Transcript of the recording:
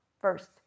first